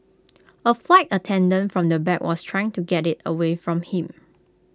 A flight attendant from the back was trying to get IT away from him